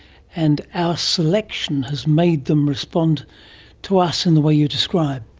and our selection has made them respond to us in the way you describe.